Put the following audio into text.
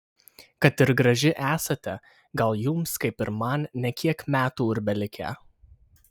kad ir graži esate gal jums kaip ir man ne kiek metų ir belikę